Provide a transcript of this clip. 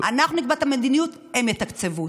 אנחנו נקבע את המדיניות, הם יתקצבו.